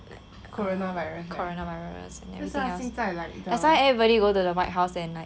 corona virus and everything else that's why everybody go to the white house and like